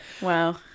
Wow